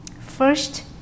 First